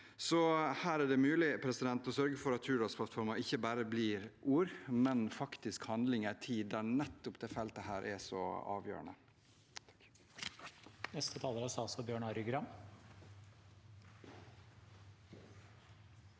Her er det mulig å sørge for at Hurdalsplattformen ikke bare blir ord, men faktisk handling, i en tid da nettopp dette feltet er så avgjørende.